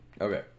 Okay